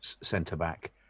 centre-back